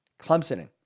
Clemsoning